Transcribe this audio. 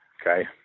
Okay